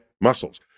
muscles